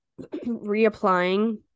reapplying